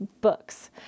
books